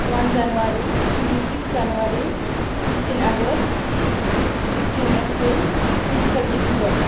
one January twenty six January fifteen August fifteen April twenty five December